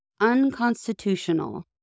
unconstitutional